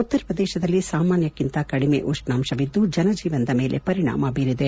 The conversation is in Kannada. ಉತ್ತರಪ್ರದೇಶದಲ್ಲಿ ಸಾಮಾನ್ಯಕ್ಕಿಂತ ಕದಿಮೆ ಉಷ್ಣಾಂಶವಿದ್ದು ಜನಜೀವನದ ಮೇಲೆ ಪರಿಣಾಮ ಬೀರಿದೆ